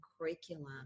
curriculum